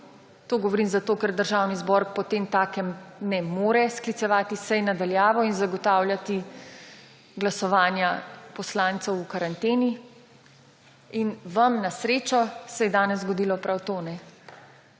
To govorim zato, ker Državni zbor potemtakem ne more sklicevati sej na daljavo in zagotavljati glasovanja poslancev v karanteni. Vam na srečo se je danes zgodilo prav to. Dva